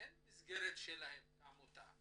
אין מסגרת שלהם כעמותה.